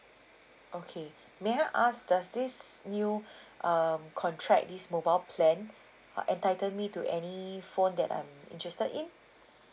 okay may I ask does this new um contract this mobile plan uh entitle me to any phone that I'm interested in